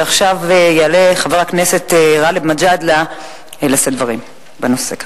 עכשיו יעלה חבר הכנסת גאלב מג'אדלה לשאת דברים בנושא.